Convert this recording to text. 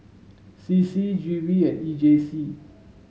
C C G V and E J C